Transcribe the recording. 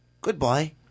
Goodbye